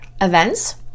events